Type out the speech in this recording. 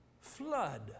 flood